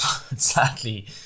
Sadly